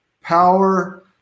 power